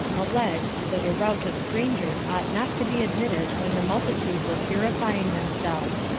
alleged, that a rout of strangers ought not to be admitted when the multitude were purifying themselves.